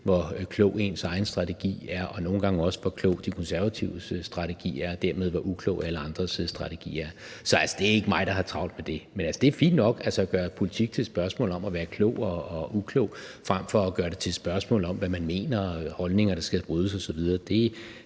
hvor klog ens egen strategi er, og nogle gange også, hvor klog De Konservatives strategi er, og dermed hvor uklog alle andres strategi er. Så altså, det er ikke mig, der har travlt med det. Men det er fint nok, altså at gøre politik til et spørgsmål om at være klog og uklog frem for at gøre det til et spørgsmål om, hvad man mener, og holdninger, der skal brydes, osv.